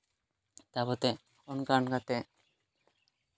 ᱛᱟ ᱯᱚᱛᱮ ᱚᱱᱠᱟ ᱚᱱᱠᱟᱛᱮ